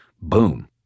Boom